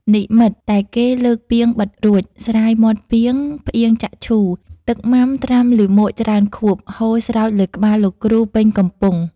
និមិត្ត តែគេលើកពាងបិទរួច ស្រាយមាត់ពាងផ្អៀងចាក់ឈូ "ទឹកម៉ាំត្រាំលាមកច្រើនខួប" ហូរស្រោចលើក្បាលលោកគ្រូពេញកំពុង។